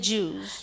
Jews